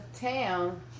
town